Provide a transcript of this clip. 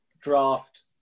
draft